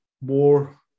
more